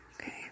okay